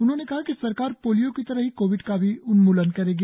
उन्होंने कहा कि सरकार पोलियो की तरह ही कोविड का भी उन्म्लन करेगी